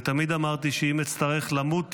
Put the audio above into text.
ותמיד אמרתי שאם אצטרך למות